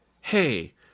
hey